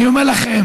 אני אומר לכם,